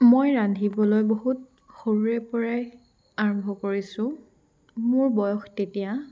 মই ৰান্ধিবলৈ বহুত সৰুৰে পৰাই আৰম্ভ কৰিছো মোৰ বয়স তেতিয়া